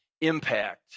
impact